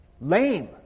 lame